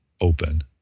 open